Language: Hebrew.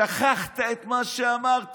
שכחת את מה שאמרת.